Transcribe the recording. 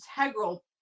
integral